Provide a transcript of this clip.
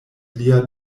lia